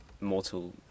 mortal